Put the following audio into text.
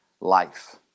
life